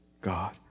God